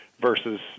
versus